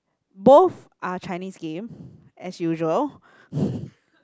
both are Chinese game as usual